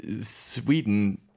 Sweden